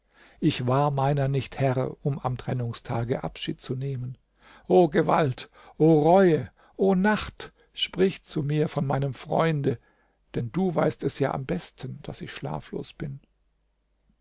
ich war meiner nicht herr um am trennungstage abschied zu nehmen o gewalt o reue o nacht sprich zu mir von meinem freunde denn du weißt es ja am besten daß ich schlaflos bin